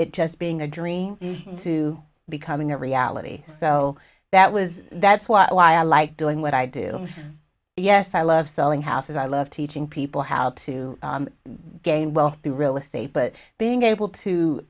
just being a dream to becoming a reality so that was that's why i like doing what i do yes i love selling houses i love teaching people how to gain wealth through real estate but being able to